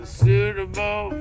suitable